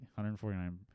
149